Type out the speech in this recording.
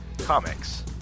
Comics